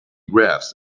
graphs